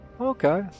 Okay